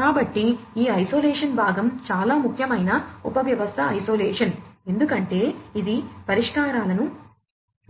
కాబట్టి ఈ ఐసోలేషన్ భాగం చాలా ముఖ్యమైన ఉపవ్యవస్థ ఐసోలేషన్ ఎందుకంటే ఇది పరిష్కారాలను